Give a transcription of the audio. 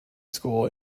school